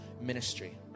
ministry